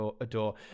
adore